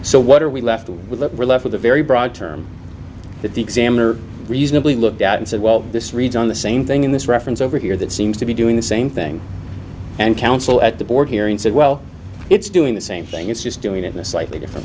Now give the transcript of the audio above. so what are we left with we're left with a very broad term that the examiner reasonably looked at and said well this reads on the same thing in this reference over here that seems to be doing the same thing and council at the board hearing said well it's doing the same thing it's just doing it in a slightly different